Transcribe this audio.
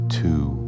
two